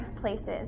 places